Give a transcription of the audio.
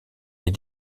les